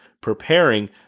preparing